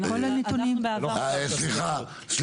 כל הנתונים בעבר --- אני